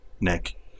Nick